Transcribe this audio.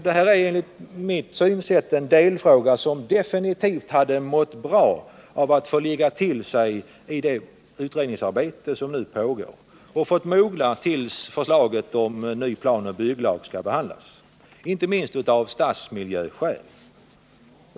Det här är, enligt mitt synsätt, en delfråga som definitivt hade mått bra av att få ligga till sig i det pågående utredningsarbetet och mogna tills förslaget om ny plan och bygglag skall behandlas, inte minst av stadsmiljöskäl.